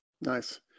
Nice